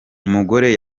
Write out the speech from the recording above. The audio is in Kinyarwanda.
umugore